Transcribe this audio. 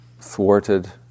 thwarted